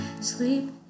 sleep